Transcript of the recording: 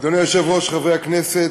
אדוני היושב-ראש, חברי הכנסת,